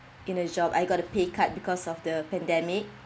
in a job I got a pay cut because of the pandemic